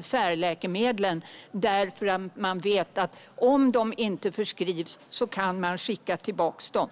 särläkemedlen, därför att man vet att om de inte förskrivs kan man skicka tillbaka dem.